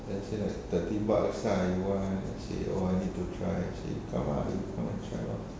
then I say like thirty bucks lah you want I say oh I need to try I say come lah you come and try lor